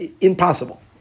impossible